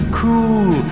cool